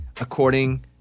according